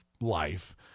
life